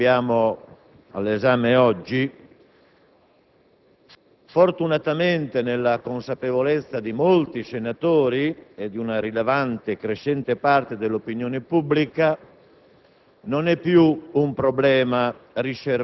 indubbiamente la questione all'esame oggi, fortunatamente, non è più, nella consapevolezza di molti senatori e di una rilevante e crescente parte dell'opinione pubblica,